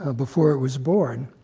ah before it was born.